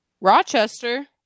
rochester